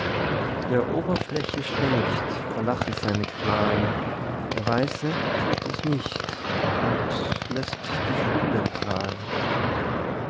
wer oberflächig denkt verlache seine qualen der weise tut es nicht und lässt die schule prahlen